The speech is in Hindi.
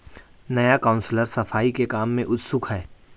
नया काउंसलर सफाई के काम में उत्सुक है